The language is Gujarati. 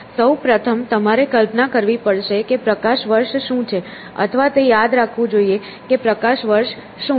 સૌ પ્રથમ તમારે કલ્પના કરવી પડશે કે પ્રકાશ વર્ષ શું છે અથવા તે યાદ રાખવું જોઈએ કે પ્રકાશ વર્ષ શું છે